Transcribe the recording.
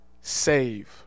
save